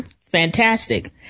Fantastic